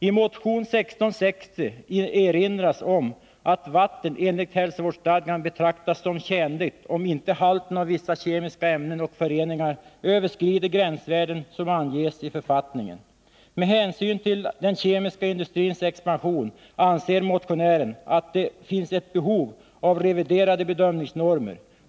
I motion 1660 erinras om att vatten enligt hälsovårdsstadgan betraktas som tjänligt om inte halten av vissa kemiska ämnen och föreningar överskrider gränsvärden som anges i författningen. Med hänsyn till den kemiska industrins expansion anser motionären att det finns ett behov av reviderade bedömningsnormer.